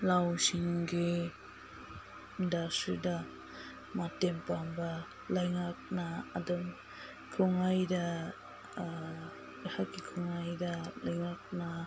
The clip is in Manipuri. ꯂꯧꯁꯤꯡꯒꯤꯗꯁꯨꯗ ꯃꯇꯦꯡ ꯄꯥꯡꯕ ꯂꯩꯉꯥꯛꯅ ꯑꯗꯨꯝ ꯀꯨꯝꯃꯩꯗ ꯑꯩꯍꯥꯛꯀꯤ ꯀꯨꯝꯃꯩꯗ ꯂꯩꯉꯥꯛꯅ